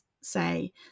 say